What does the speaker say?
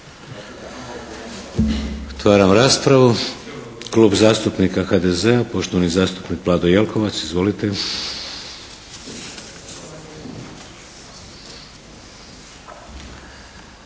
Otvaram raspravu. Klub zastupnika HDZ-a poštovani zastupnik Vlado Jelkovac. Izvolite.